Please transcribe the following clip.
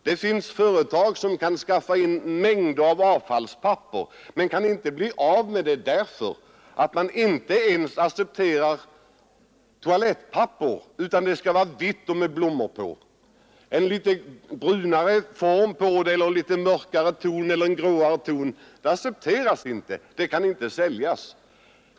Det finns företag som kan skaffa in mängder av avfallspapper, men de kan inte bli av med det därför att människor inte ens accepterar toalettpapper som är litet bruneller gråfärgat — det skall vara vitt med blommor på! Det oblekta papperet kan inte säljas.